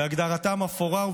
והגדרתם אפורה.